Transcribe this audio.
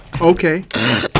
Okay